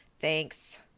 Thanks